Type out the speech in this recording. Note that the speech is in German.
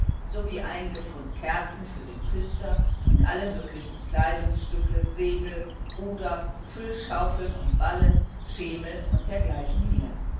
sowie einige pfund kerzen für den küster und alle möglichen kleidungsstücke segel und ruder füllschaufeln und ballen schemel und dergleichen mehr